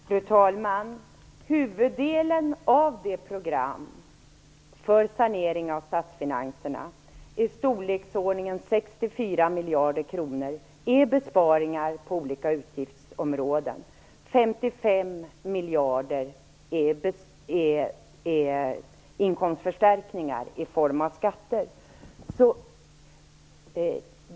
Fru talman! Huvuddelen av programmet för saneringen av statsfinanserna, som är i storleksordningen 64 miljarder kronor, utgörs av besparingar på olika utgiftsområden. 55 miljarder kronor är inkomstförstärkningar i form av skatter.